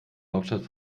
hauptstadt